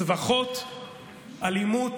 צווחות, אלימות,